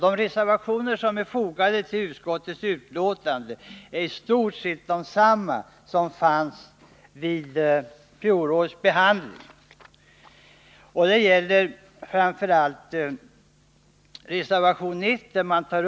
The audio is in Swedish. De reservationer som är fogade till utskottets betänkande är i stort sett desamma som förekom vid fjolårets behandling. Det gäller framför allt reservationen 1.